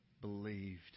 believed